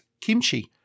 kimchi